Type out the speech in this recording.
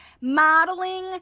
modeling